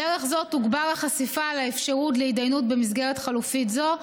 בדרך זו תוגבר החשיפה לאפשרות להתדיינות במסגרת חלופית זו,